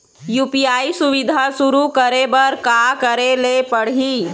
UPI सुविधा शुरू करे बर का करे ले पड़ही?